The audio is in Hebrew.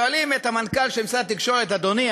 שואלים את המנכ"ל של משרד התקשורת: אדוני,